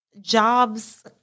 jobs